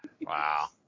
Wow